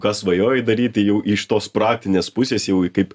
ką svajojai daryt tai jau iš tos praktinės pusės jau kaip